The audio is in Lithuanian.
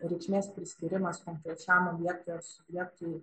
reikšmės priskyrimas konkrečiam objektui ar subjektui